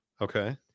Okay